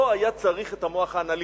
לא היה צריך את המוח האנליטי,